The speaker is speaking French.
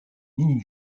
mini